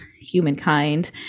humankind